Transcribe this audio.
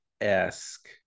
esque